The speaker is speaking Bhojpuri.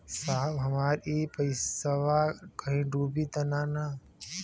साहब हमार इ पइसवा कहि डूब त ना जाई न?